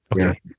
okay